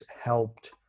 helped